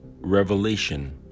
Revelation